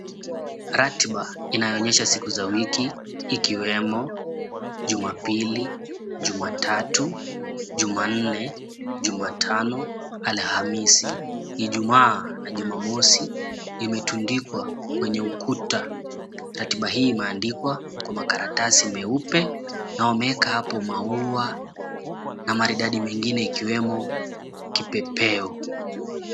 Ratiba inayoonyesha siku za wiki ikiwemo: Jumapili, Jumatatu, Jumanne, Jumatano, Alhamisi, Ijumaa, na Jumamosi imetundikwa kwenye ukuta. Ratiba hii imeandikwa kwa makaratasi meupe na wameeka hapo maua na maridadi mengine ikiwemo kipepeo.